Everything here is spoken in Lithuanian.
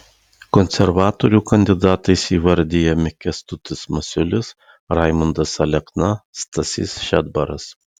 konservatorių kandidatais įvardijami kęstutis masiulis raimundas alekna stasys šedbaras